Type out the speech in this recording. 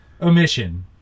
Omission